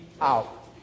out